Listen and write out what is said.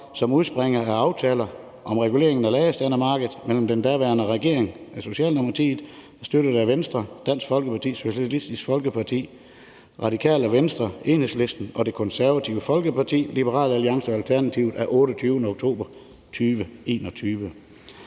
som udspringer af aftale om regulering af ladestandermarkedet mellem den daværende regering med Socialdemokratiet og Venstre, Dansk Folkeparti, Socialistisk Folkeparti, Radikale Venstre, Enhedslisten, Det Konservative Folkeparti, Liberal Alliance og Alternativet af 28. oktober 2021.